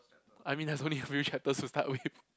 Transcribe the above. I mean there's only a few chapters to start with